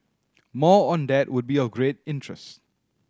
more on that would be of great interest